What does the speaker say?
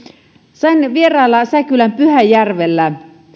sain vierailla säkylän pyhäjärvellä